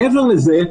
מעבר לזה,